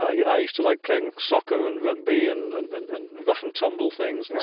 ah you know i used to like playing soccer and rugby and and and and rough-and-tumble things.